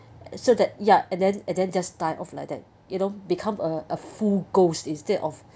so that ya and then and then just die off like that you know become a a full ghost instead of